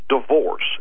divorce